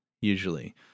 usually